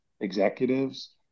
executives